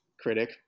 critic